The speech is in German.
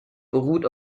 beruht